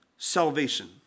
salvation